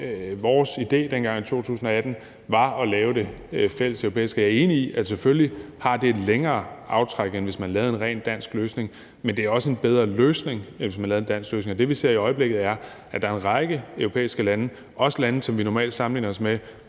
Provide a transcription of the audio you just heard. vores idé dengang i 2018 var at lave det fælleseuropæisk. Jeg er enig i, at det selvfølgelig har et længere aftræk, end hvis man lavede en rent dansk løsning, men det er også en bedre løsning, end hvis man lavede en dansk løsning. Og det, vi ser i øjeblikket, er, at der er en række europæiske lande – også lande, som vi normalt sammenligner os med;